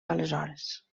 aleshores